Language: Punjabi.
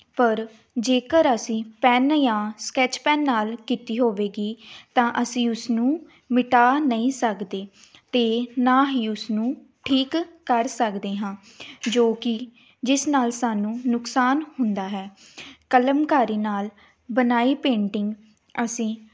ਪਰ ਜੇਕਰ ਅਸੀਂ ਪੈਨ ਜਾਂ ਸਕੈਚ ਪੈਨ ਨਾਲ ਕੀਤੀ ਹੋਵੇਗੀ ਤਾਂ ਅਸੀਂ ਉਸਨੂੰ ਮਿਟਾ ਨਹੀਂ ਸਕਦੇ ਅਤੇ ਨਾ ਹੀ ਉਸਨੂੰ ਠੀਕ ਕਰ ਸਕਦੇ ਹਾਂ ਜੋ ਕਿ ਜਿਸ ਨਾਲ ਸਾਨੂੰ ਨੁਕਸਾਨ ਹੁੰਦਾ ਹੈ ਕਲਮਕਾਰੀ ਨਾਲ ਬਣਾਈ ਪੇਂਟਿੰਗ ਅਸੀਂ